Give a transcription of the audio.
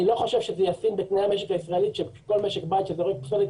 אני לא חושב שזה ישים בתנאי המשק הישראלי שכל משק בית שזורק פסולת,